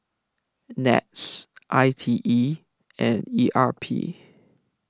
NETS I T E and E R P